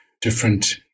different